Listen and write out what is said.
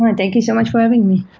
um and thank you so much for having me.